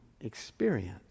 experience